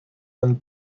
and